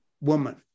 woman